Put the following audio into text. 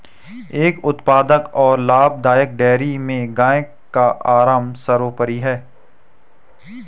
एक उत्पादक और लाभदायक डेयरी में गाय का आराम सर्वोपरि है